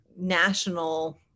national